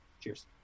Cheers